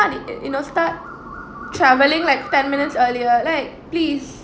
you know start travelling like ten minutes earlier like please